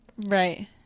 Right